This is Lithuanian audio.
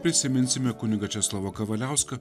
prisiminsime kunigą česlovą kavaliauską